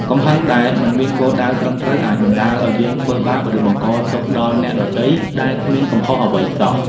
កំហឹងដែលមិនមានគោលដៅត្រឹមត្រូវ អាចបណ្ដាលឲ្យយើងធ្វើបាប ឬបង្កទុក្ខដល់អ្នកដទៃដែលគ្មានកំហុសអ្វីសោះ។